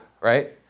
right